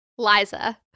Liza